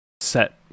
set